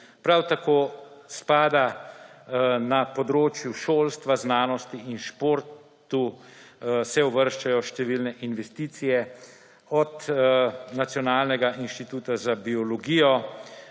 Prav tako se na področju šolstva, znanosti in športa uvrščajo številne investicije od Nacionalnega inštituta za biologijo